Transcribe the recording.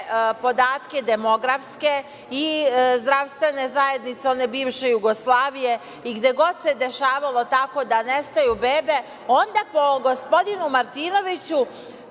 podatke demografske i zdravstvene zajednice one bivše Jugoslavije i gde god se dešavalo tako da nestaju bebe, onda po gospodinu Martinoviću